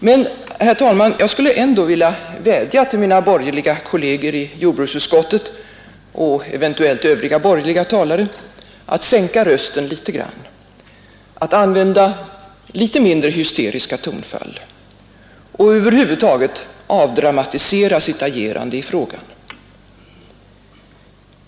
Men, herr talman, jag skulle ändå vilja vädja till mina borgerliga kolleger i jordbruksutskottet och eventuella övriga borgerliga talare att sänka rösten, att använda litet mindre hysteriska tonfall och att över huvud taget avdramatisera sitt agerande i frågan.